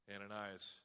Ananias